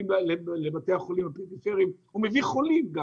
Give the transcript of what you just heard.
לבתי החולים בפריפריה, הוא מביא גם חולים.